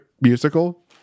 musical